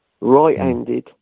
right-handed